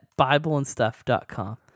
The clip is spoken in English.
bibleandstuff.com